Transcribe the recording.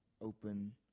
open